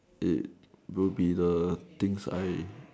eh will be the things I